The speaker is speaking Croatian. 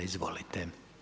Izvolite.